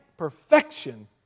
perfection